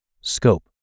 Scope